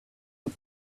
put